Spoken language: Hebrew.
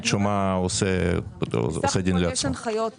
מועד נוספת לתחילת החזר המענקים לעצמאיים.